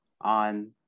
on